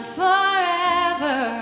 forever